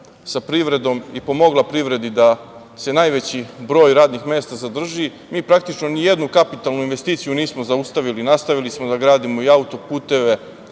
sa privredom i pomogla privredi da se najveći broj radnih mesta zadrži, mi praktično ni jednu kapitalnu investiciju nismo zaustavili. Nastavili smo da gradimo i auto-puteve